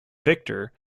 victor